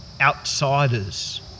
outsiders